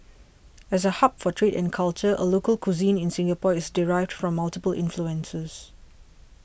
as a hub for trade and culture local cuisine in Singapore is derived from multiple influences